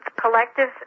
collective